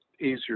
easier